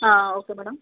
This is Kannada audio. ಹಾಂ ಓಕೆ ಮೇಡಮ್